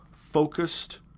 focused